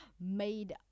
made